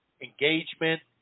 engagement